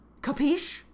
Capiche